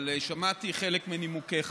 אבל שמעתי חלק מנימוקיך,